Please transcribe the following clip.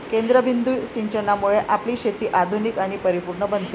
केंद्रबिंदू सिंचनामुळे आपली शेती आधुनिक आणि परिपूर्ण बनते